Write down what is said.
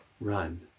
run